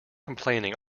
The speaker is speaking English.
complaining